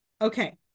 okay